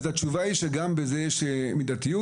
התשובה היא שגם זה יש מידתיות.